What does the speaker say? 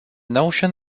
notion